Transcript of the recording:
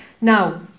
Now